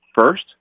First